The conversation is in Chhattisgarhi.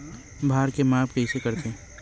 भार के माप कइसे करथे?